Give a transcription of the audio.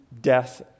death